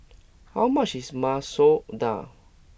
how much is Masoor Dal